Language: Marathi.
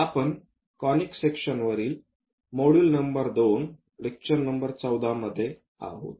आपण कोनिक सेक्शनवरील मॉड्यूल क्रमांक 2 लेक्चर क्रमांक 14 मध्ये आहोत